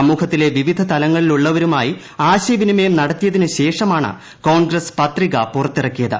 സമൂഹ്ത്തിലെ വിവിധ തലങ്ങളിലുള്ളവരുമായി ആശയവിനിമയം നടത്തിയതിന് ശേഷമാണ് കോൺഗ്രസ് പത്രിക പുറത്തിറക്കിയത്